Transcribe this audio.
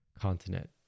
continent